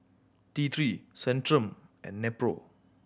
T Three Centrum and Nepro